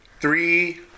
Three